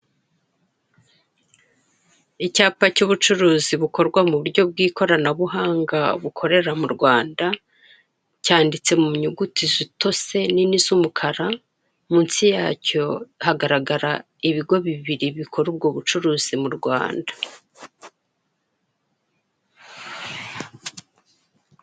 Icyapa cy'ubucuruzi bukorwa mu buryo bw'ikoranabuhanga bukorera mu Rwanda, cyanditse mu ntuguti zitose nini z'umukara. Munsi yacyo hagaragara ibigo bibiri bikora ubwo bucuruzi mu Rwanda.